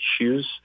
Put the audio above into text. issues